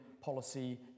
policy